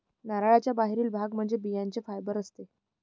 नारळाचा बाहेरील भाग म्हणजे बियांचे फायबर असते